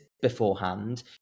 beforehand